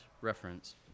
reference